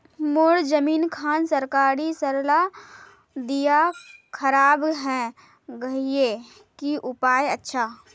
मोर जमीन खान सरकारी सरला दीया खराब है गहिये की उपाय अच्छा?